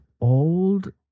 old